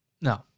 No